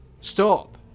Stop